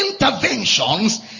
interventions